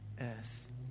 earth